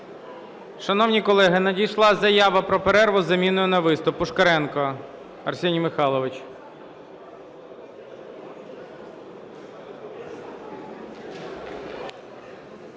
Шановні колеги, надійшла заява про перерву з заміною на виступ. Пушкаренко Арсеній Михайлович.